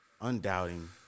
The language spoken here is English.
undoubting